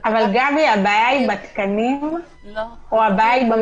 גבי, הבעיה היא בתקנים או הבעיה היא במחשוב?